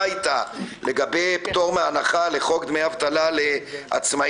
איתה לגבי פטור מהנחה לחוק דמי אבטלה לעצמאים,